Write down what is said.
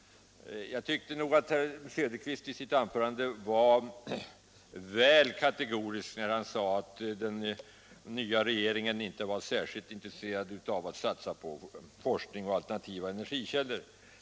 Jag tyckte att herr Söderqvist i sitt anförande var väl kategorisk när han sade att den nya regeringen inte var särskilt intresserad av att satsa på forskning om alternativa energikällor.